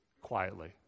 quietly